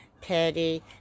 Petty